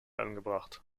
angebracht